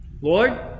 Lord